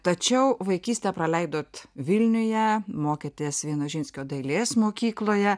tačiau vaikystę praleidot vilniuje mokėtės vienožinskio dailės mokykloje